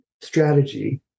strategy